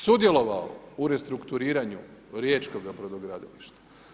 Sudjelovalo u restrukturiranju riječkoga brodogradilišta.